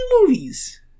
movies